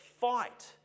fight